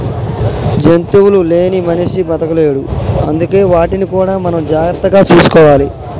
జంతువులు లేని మనిషి బతకలేడు అందుకే వాటిని కూడా మనం జాగ్రత్తగా చూసుకోవాలి